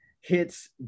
hits